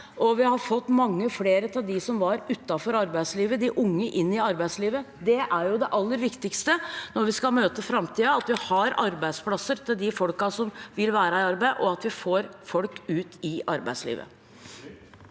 vi har fått mange flere av dem som var utenfor arbeidslivet, og de unge, inn i arbeidslivet. Det er det aller viktigste når vi skal møte framtiden – at vi har arbeidsplasser til de folkene som vil være i arbeid, og at vi får folk ut i arbeidslivet.